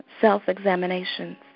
self-examinations